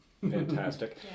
Fantastic